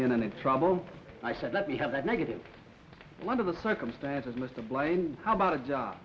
a trouble i said let me have that negative one of the circumstances mr blaine how about a job